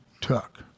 took